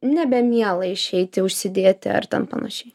nebemiela išeiti užsidėti ar ten panašiai